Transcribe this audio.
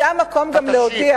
אתה תשיב.